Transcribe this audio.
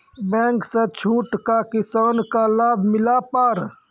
Bank से छूट का किसान का लाभ मिला पर?